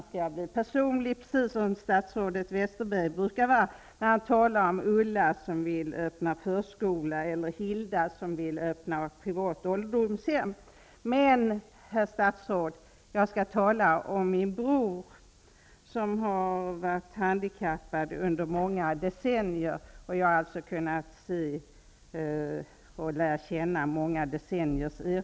Nu skall jag bli personlig precis som statsrådet Westerberg brukar vara när han talar om Ulla som vill öppna förskola eller Hilda som vill öppna privat ålderdomshem. Men, herr statsråd, jag skall tala om min bror som har varit handikappad under många decennier. Jag har kunnat följa erfarenheter under många decennier.